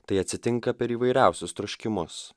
tai atsitinka per įvairiausius troškimus